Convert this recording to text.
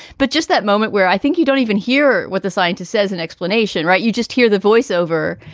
but just that moment where i think you don't even hear what the scientist says, an explanation. right? you just hear the voice over.